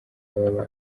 baba